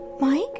Mike